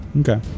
okay